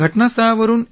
घटनास्थळावरून ए